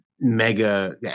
mega